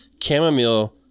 chamomile